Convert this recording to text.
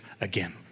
again